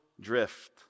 drift